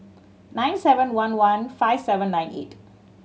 nine seven one one five seven nine eight